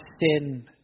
sin